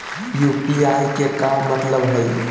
UPI के का मतलब हई?